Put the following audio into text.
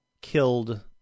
killed